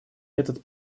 этот